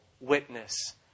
witness